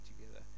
together